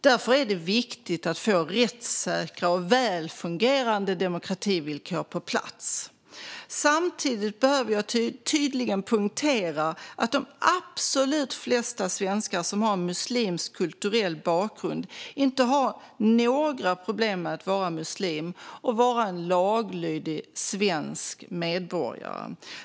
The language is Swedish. Därför är det viktigt att få rättssäkra och välfungerande demokrativillkor på plats. Samtidigt behöver jag tydligen poängtera att de absolut flesta svenskar som har muslimsk kulturell bakgrund inte har några problem med att vara muslimer och vara laglydiga svenska medborgare.